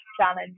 challenge